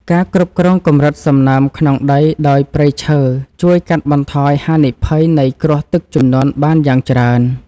ការគ្រប់គ្រងកម្រិតសំណើមក្នុងដីដោយព្រៃឈើជួយកាត់បន្ថយហានិភ័យនៃគ្រោះទឹកជំនន់បានយ៉ាងច្រើន។